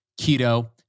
keto